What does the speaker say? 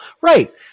Right